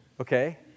Okay